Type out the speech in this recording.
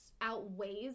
outweighs